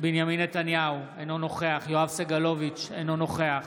בנימין נתניהו, אינו נוכח יואב סגלוביץ' אינו נוכח